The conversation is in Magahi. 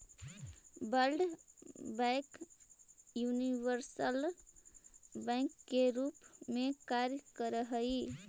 वर्ल्ड बैंक यूनिवर्सल बैंक के रूप में कार्य करऽ हइ